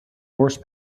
horse